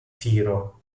tiro